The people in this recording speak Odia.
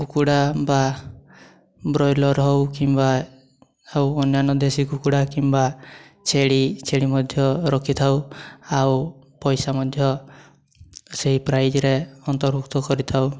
କୁକୁଡ଼ା ବା ବ୍ରଏଲର୍ ହେଉ କିମ୍ବା ଆଉ ଅନ୍ୟାନ୍ୟ ଦେଶୀ କୁକୁଡ଼ା କିମ୍ବା ଛେଳି ଛେଳି ମଧ୍ୟ ରଖିଥାଉ ଆଉ ପଇସା ମଧ୍ୟ ସେଇ ପ୍ରାଇଜ୍ରେ ଅନ୍ତର୍ଭୁକ୍ତ କରିଥାଉ